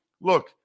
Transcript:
Look